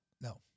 No